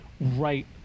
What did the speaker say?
right